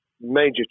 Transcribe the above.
major